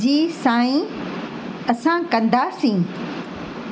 जी साईं असां कंदासीं